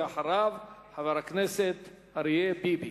ואחריו, חבר הכנסת אריה ביבי.